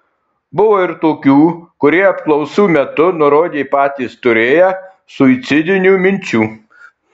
buvo ir tokių kurie apklausų metu nurodė patys turėję suicidinių minčių